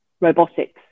robotics